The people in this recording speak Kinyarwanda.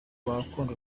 bakunda